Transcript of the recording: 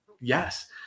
yes